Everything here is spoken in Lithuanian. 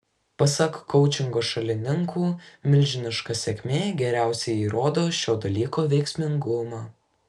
pasak koučingo šalininkų milžiniška sėkmė geriausiai įrodo šio dalyko veiksmingumą